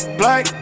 black